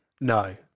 No